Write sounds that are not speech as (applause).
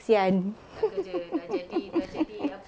kasihan (laughs)